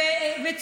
היא פתחה בעברית.